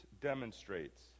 demonstrates